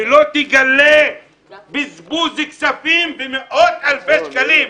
ולא תגלה בזבוז כספים במאות אלפי שקלים.